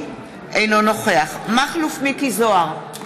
אינו נוכח מכלוף מיקי זוהר,